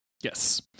Yes